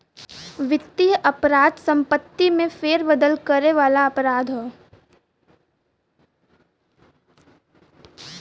वित्तीय अपराध संपत्ति में फेरबदल करे वाला अपराध हौ